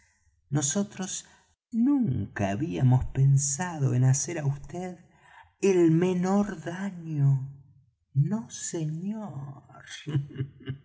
nosotros nunca habíamos pensado en hacer á vd el menor daño no señor